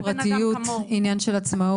עניין של פרטיות, עניין של עצמאות,